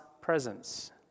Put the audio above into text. presence